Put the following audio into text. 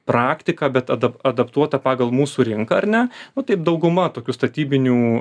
praktiką bet adap adaptuota pagal mūsų rinką ar ne nu taip dauguma tokių statybinių